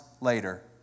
later